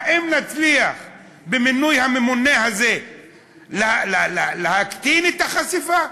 האם נצליח במינוי הממונה הזה להקטין את החשיפה?